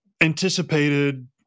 anticipated